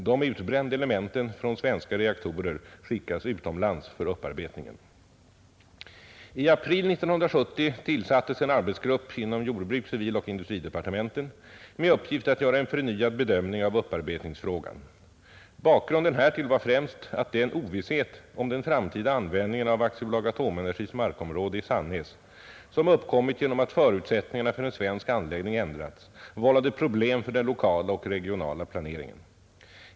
De utbrända elementen från svenska reaktorer skickas utomlands för upparbetningen. I april 1970 tillsattes en arbetsgrupp inom jordbruks-, civiloch industridepartementen med uppgift att göra en förnyad bedömning av upparbetningsfrågan. Bakgrunden härtill var främst att den ovisshet om den framtida användningen av AB Atomenergis markområde i Sannäs, som uppkommit genom att förutsättningarna för en svensk anläggning ändrats, vållade problem för den lokala och regionala planeringen.